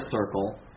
circle